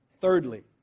Thirdly